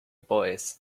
boys